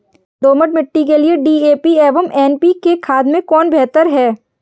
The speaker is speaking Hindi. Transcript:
दोमट मिट्टी के लिए डी.ए.पी एवं एन.पी.के खाद में कौन बेहतर है?